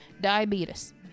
Diabetes